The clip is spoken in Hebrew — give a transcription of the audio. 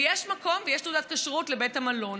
ויש מקום, ויש תעודת כשרות לבית המלון.